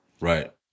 Right